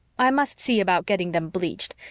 i must see about getting them bleached.